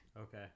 Okay